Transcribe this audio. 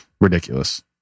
ridiculous